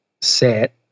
set